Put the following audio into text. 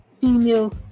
female